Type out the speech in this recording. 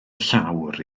llawr